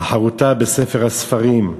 החרותה בספר הספרים.